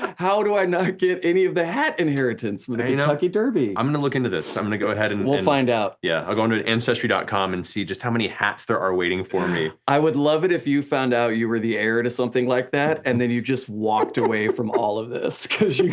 how do i not get any of the hat inheritance with the you know like kentucky derby? i'm gonna look into this, i'm gonna go ahead and we'll find out. yeah, i'll go and into ancestry dot com and see just how many hats there are waiting for me. i would love it if you found out you were the heir to something like that, and then you just walked away from all of this cause